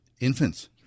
Infants